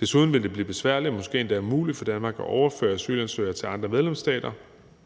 Desuden vil det blive besværligt, måske endda umuligt for Danmark at overføre asylansøgere til andre medlemsstater,